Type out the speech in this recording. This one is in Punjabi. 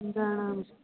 ਜਾਣਾ